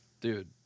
Dude